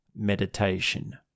meditation